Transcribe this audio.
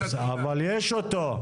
אבל יש אותו.